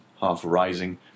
half-rising